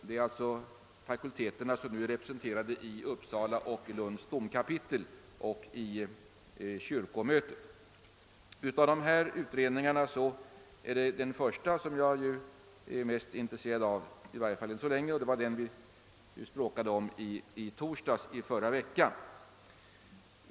Det gäller de fakulteter som nu är representerade i Uppsala och Lunds domkapitel och i kyrkomötet. Av dessa utredningar är jag mest intresserad av den första — i varje fall än så länge — och det var den vi språkade om förra torsdagen.